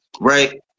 right